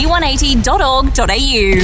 v180.org.au